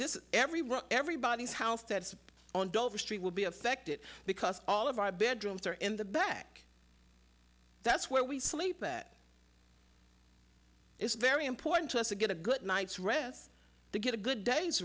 this every well everybody's house that's on dover street will be affected because all of our bedrooms are in the back that's where we sleep that it's very important to us to get a good night's rest to get a good day's